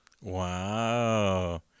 Wow